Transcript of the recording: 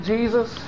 Jesus